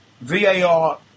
VAR